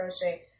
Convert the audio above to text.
crochet